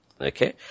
Okay